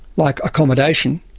like accommodation,